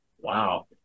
Wow